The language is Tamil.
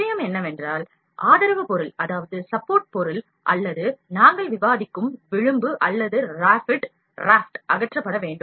விஷயம் என்னவென்றால் ஆதரவு பொருள் அல்லது நாங்கள் விவாதிக்கும் விளிம்பு அல்லது ராபிட் அகற்றப்பட வேண்டும்